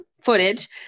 footage